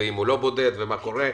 האם הוא לא בודד, מה קורה.